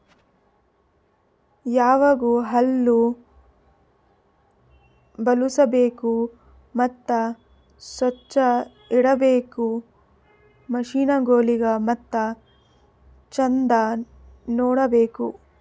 ಯಾವಾಗ್ಲೂ ಹಳ್ಳು ಬಳುಸ್ಬೇಕು ಮತ್ತ ಸೊಚ್ಚ್ ಇಡಬೇಕು ಮಷೀನಗೊಳಿಗ್ ಮತ್ತ ಚಂದ್ ನೋಡ್ಕೋ ಬೇಕು